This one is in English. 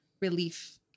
relief